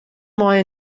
mei